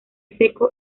seco